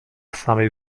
samej